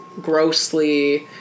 grossly